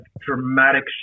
dramatic